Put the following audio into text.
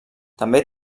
també